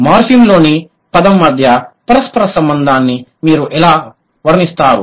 మార్ఫిమ్లోని పదం మధ్య పరస్పర సంబంధాన్ని మీరు ఎలా వర్ణిస్తారు